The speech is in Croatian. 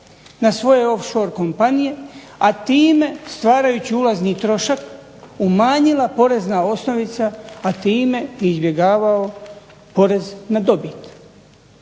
na svoje offshore kompanije, a time stvarajući ulazni trošak umanjila porezna osnovica a time izbjegavao porez na dobit.